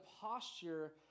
posture